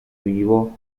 vivo